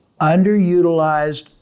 underutilized